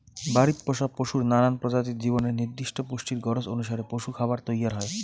বাড়িত পোষা পশুর নানান প্রজাতির জীবনের নির্দিষ্ট পুষ্টির গরোজ অনুসারে পশুরখাবার তৈয়ার হই